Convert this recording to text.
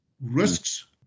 risks